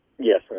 Yes